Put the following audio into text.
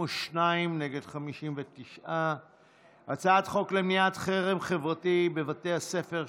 52 נגד 59. הצעת חוק למניעת חרם חברתי בבתי הספר,